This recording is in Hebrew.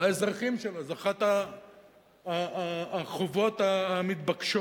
לאזרחים שלה, זו אחת החובות המתבקשות.